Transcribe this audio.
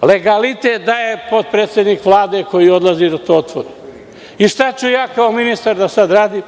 a legalitet daje potpredsednik Vlade koji odlazi da to otvori. Šta ću kao ministar sada da radim?